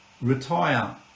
Retire